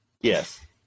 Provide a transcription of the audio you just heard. Yes